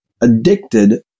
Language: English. addicted